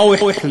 מה הוא החליט?